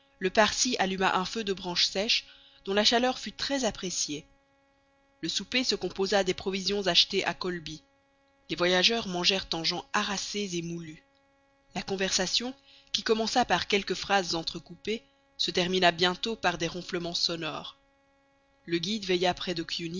le parsi alluma un feu de branches sèches dont la chaleur fut très appréciée le souper se composa des provisions achetées à kholby les voyageurs mangèrent en gens harassés et moulus la conversation qui commença par quelques phrases entrecoupées se termina bientôt par des ronflements sonores le guide veilla près